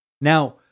Now